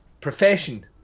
profession